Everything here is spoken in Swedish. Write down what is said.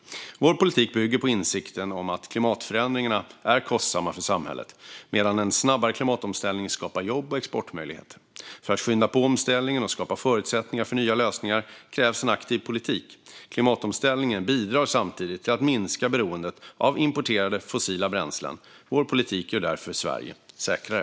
Vår politik bygger på insikten om att klimatförändringarna är kostsamma för samhället medan en snabbare klimatomställning skapar jobb och exportmöjligheter. För att skynda på omställningen och skapa förutsättningar för nya lösningar krävs en aktiv politik. Klimatomställningen bidrar samtidigt till att minska beroendet av importerade fossila bränslen. Vår politik gör därför Sverige säkrare.